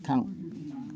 थां